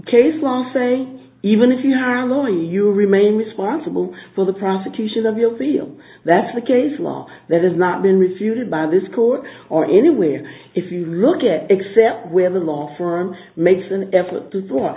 case law saying even if you are only you remain responsible for the prostitution of your c e o that's the case law that has not been refuted by this court or anywhere if you look at except where the law firm makes an effort to